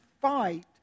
fight